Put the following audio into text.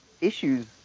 issues